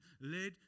led